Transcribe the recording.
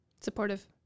Supportive